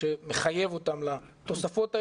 שמחייב אותם לתוספות האלה,